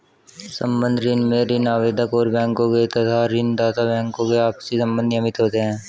संबद्ध ऋण में ऋण आवेदक और बैंकों के तथा ऋण दाता बैंकों के आपसी संबंध नियमित होते हैं